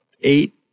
eight